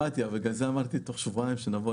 בגלל זה אמרתי שתוך שבועיים נבוא.